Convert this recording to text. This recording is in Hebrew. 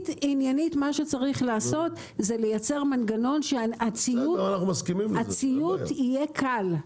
עניינית צריך לייצר מנגנון שהציות יהיה קל.